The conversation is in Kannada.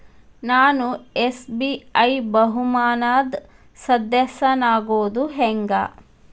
ನಾನು ಎಸ್.ಬಿ.ಐ ಬಹುಮಾನದ್ ಸದಸ್ಯನಾಗೋದ್ ಹೆಂಗ?